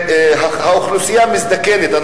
האוכלוסייה מזדקנת.